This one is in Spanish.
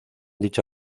dicha